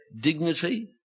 dignity